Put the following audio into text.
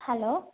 hello